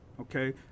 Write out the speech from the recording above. okay